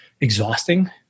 exhausting